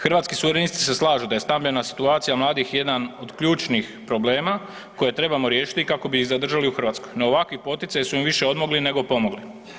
Hrvatski suverenisti se slažu da je stambena situacija mladih jedan od ključnih problema koje trebamo riješiti kako bi ih zadržali u Hrvatskoj no ovakvi poticaji su im više odmogli nego pomogli.